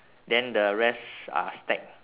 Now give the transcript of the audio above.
then the rest are stacked